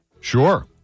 Sure